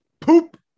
Poop